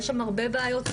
ויש שם הרבה בעיות,